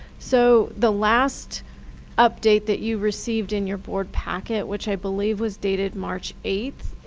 so the last update that you received in your board packet, which i believe was dated march eight,